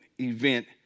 event